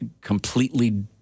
completely